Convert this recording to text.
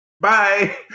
bye